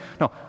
No